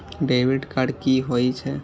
Debit card कि होई छै?